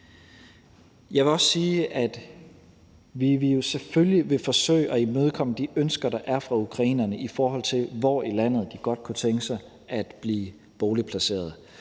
Jeg vil også sige, at vi selvfølgelig vil forsøge at imødekomme de ønsker, der er fra ukrainerne, i forhold til hvor i landet de godt kunne tænke sig at blive boligplaceret,